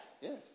Yes